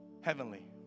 heavenly